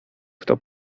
kto